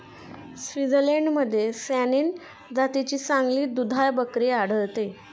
स्वित्झर्लंडमध्ये सॅनेन जातीची चांगली दुधाळ बकरी आढळते